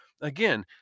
again